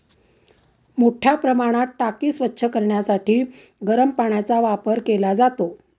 मोठ्या प्रमाणात टाकी स्वच्छ करण्यासाठी गरम पाण्याचा वापर केला जातो